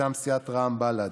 ומטעם סיעת רע"ם-בל"ד,